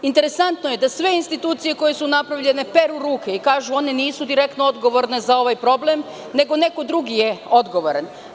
Interesantno je da sve institucije koje su napravljene peru ruke i kažu da one nisu direktno odgovorne za ovaj problem, nego je neko drugi odgovoran.